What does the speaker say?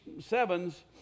sevens